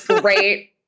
great